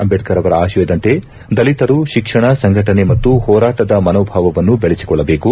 ಅಂಬೇಡ್ಕರ್ ಅವರ ಆಶಯದಂತೆ ದಲಿತರು ಶಿಕ್ಷಣ ಸಂಘಟನೆ ಮತ್ತು ಹೋರಾಟದ ಮನೋಭಾವವನ್ನು ಬೆಳೆಸಿಕೊಳ್ಟಬೇಕು